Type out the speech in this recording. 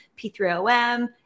P3OM